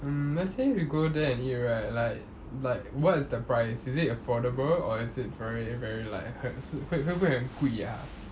mm let's say we go there and eat right like like what's the price is it affordable or is it very very like 很是会会不会很贵啊